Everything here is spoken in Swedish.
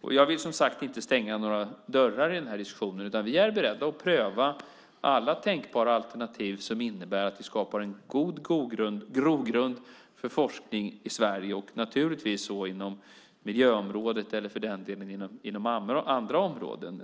Jag vill, som sagt, inte stänga några dörrar i den här diskussionen, utan vi är beredda att pröva alla tänkbara alternativ som innebär att vi skapar en god grogrund för forskning i Sverige, och naturligtvis inom miljöområdet eller för den delen inom andra områden.